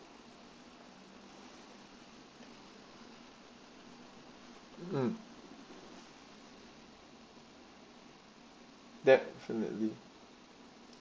mm definitely